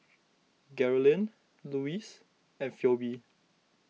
Geralyn Luis and Pheobe